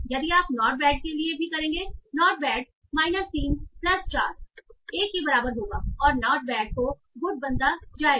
यही आप not bad के लिए भी करेंगे नॉट बैड माइनस 3 प्लस 4 एक के बराबर होगाऔर नॉट बैड को गुड बनता जाएगा